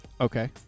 Okay